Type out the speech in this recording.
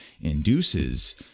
induces